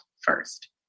first